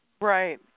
Right